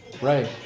Right